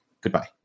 Goodbye